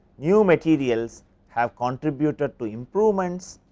new materials have contributed to improvements,